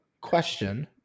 question